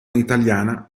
italiana